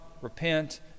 repent